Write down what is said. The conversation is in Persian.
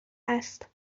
است